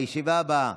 הישיבה הבאה